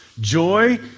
Joy